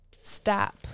Stop